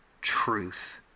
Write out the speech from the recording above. truth